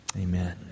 Amen